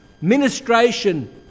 ministration